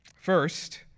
First